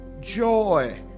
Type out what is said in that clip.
joy